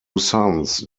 sons